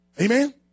Amen